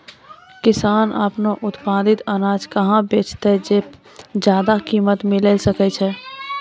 किसान आपनो उत्पादित अनाज कहाँ बेचतै जे ज्यादा कीमत मिलैल सकै छै?